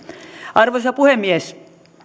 arvoisa puhemies